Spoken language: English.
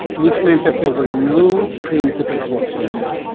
which meant that there were no principals whatsoever,